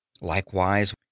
likewise